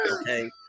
Okay